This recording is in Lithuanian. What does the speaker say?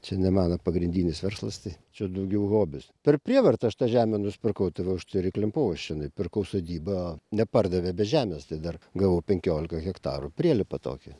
čia ne mano pagrindinis verslas tai čia daugiau hobis per prievartą aš tą žemę nusipirkau tai va už tai ir įklimpau aš čionai pirkau sodybą nepardavė be žemės tai dar gavau penkiolika hektarų prielipą tokį